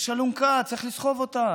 יש אלונקה, צריך לסחוב אותה.